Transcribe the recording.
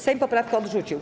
Sejm poprawkę odrzucił.